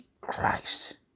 Christ